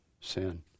sin